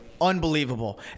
unbelievable